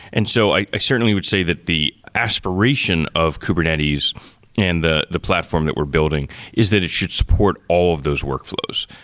and so i i certainly would say that the aspiration of kubernetes and the the platform that we're building is that it should support all of those workflows.